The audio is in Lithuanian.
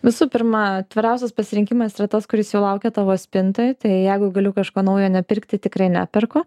visų pirma tviriausias pasirinkimas yra tas kuris jau laukia tavo spintoj tai jeigu galiu kažko naujo nepirkti tikrai neperku